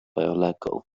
biolegol